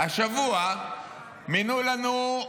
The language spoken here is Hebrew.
השבוע מינו לנו,